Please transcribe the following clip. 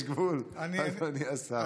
יש גבול, אדוני השר.